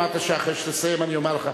אמרת שאחרי שתסיים אני אומר לך.